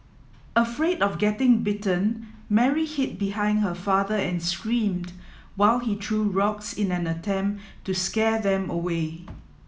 afraid of getting bitten Mary hid behind her father and screamed while he threw rocks in an attempt to scare them away